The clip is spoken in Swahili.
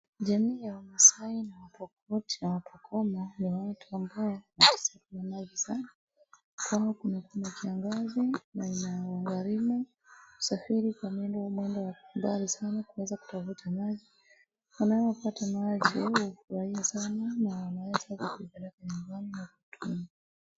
Jamii wa wamaasai na wapokot na wapokoma, ni watu ambao wanakosa maji sana, kama kuna kiangazi na inagharimu usafiri kamili wa mwendo wa mbali sana kuweza kutafuta maji, wanaopata maji hufurahia sana na wanaweza kupeleka nyumbani na kunywa.